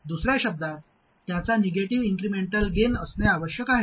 दुसर्या शब्दांत त्याचा निगेटिव्ह इन्क्रिमेंटल गेन असणे आवश्यक आहे